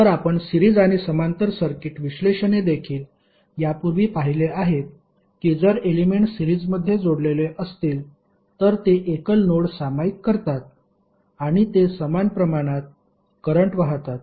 तर आपण सिरीज आणि समांतर सर्किट विश्लेषणे देखील यापूर्वी पाहिले आहेत की जर एलेमेंट्स सिरीजमध्ये जोडलेले असतील तर ते एकल नोड सामायिक करतात आणि ते समान प्रमाणात करंट वाहतात